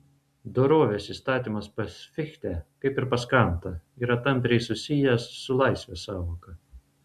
dorovės įstatymas pas fichtę kaip ir pas kantą yra tampriai susijęs su laisvės sąvoka